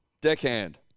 Deckhand